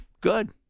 Good